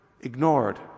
ignored